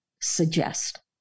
suggest